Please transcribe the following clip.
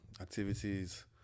activities